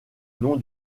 nom